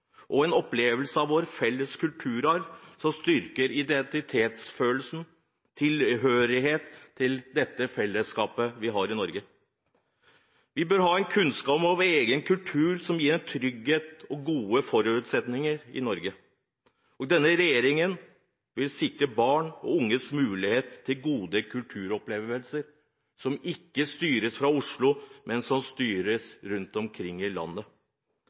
standard. En opplevelse av vår felles kulturarv styrker identitetsfølelsen og tilhørigheten til fellesskapet vi har i Norge. Vi bør ha kunnskap om egen kultur, noe som gir trygghet og gode forutsetninger i Norge. Denne regjeringen vil sikre barn og unges mulighet til gode kulturopplevelser som ikke styres fra Oslo, men som styres rundt omkring i landet.